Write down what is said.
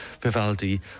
Vivaldi